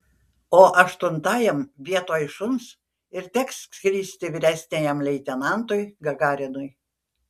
o aštuntajam vietoj šuns ir teks skristi vyresniajam leitenantui gagarinui